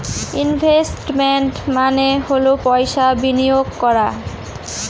investment মানে হল পয়সা বিনিয়োগ করা